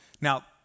Now